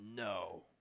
No